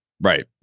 Right